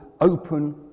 open